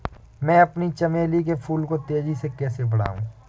मैं अपने चमेली के फूल को तेजी से कैसे बढाऊं?